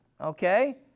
Okay